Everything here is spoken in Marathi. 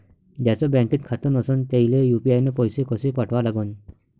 ज्याचं बँकेत खातं नसणं त्याईले यू.पी.आय न पैसे कसे पाठवा लागन?